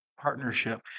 partnership